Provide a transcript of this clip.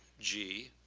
g,